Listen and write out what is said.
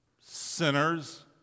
sinners